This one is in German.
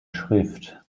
schrift